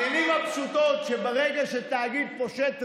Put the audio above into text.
המילים הפשוטות: ברגע שתאגיד פושט רגל,